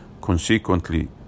Consequently